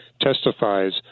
testifies